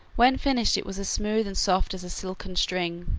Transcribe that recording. when finished it was as smooth and soft as a silken string.